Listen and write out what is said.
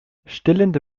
stillende